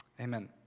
amen